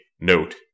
Note